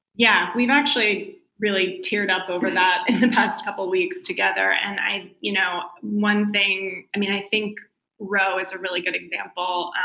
yeah, we've actually really teared up over that in the past couple weeks together and i you know one thing i mean i think roe is a really good example,